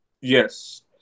Yes